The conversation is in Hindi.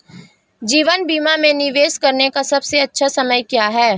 जीवन बीमा में निवेश करने का सबसे अच्छा समय क्या है?